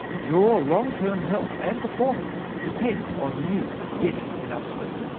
your long-term health and performance depends on you getting enough sleep.